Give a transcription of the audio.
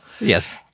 Yes